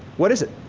what is it?